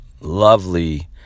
lovely